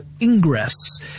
Ingress